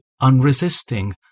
unresisting